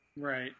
right